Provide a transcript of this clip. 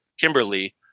Kimberly